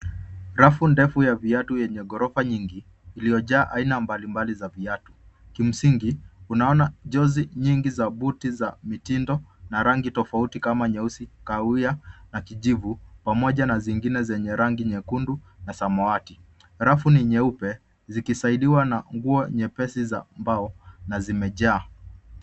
Rafu ndefu ya viatu yenye ghorofa nyingi iliyojaa aina mbalimbali za viatu .Kimsingi tunaona nyuzi nyingi za buti za mtindo na rangi tofauti kama nyeusi, kahawia na kijivu pamoja na zingine zenye rangi nyekundu na samawati. Rafu ni nyeupe zikisaidiwa na nguo nyepesi za mbao na zimejaa.